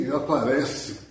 aparece